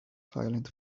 silent